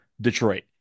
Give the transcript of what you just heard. Detroit